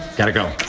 gotta go.